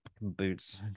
boots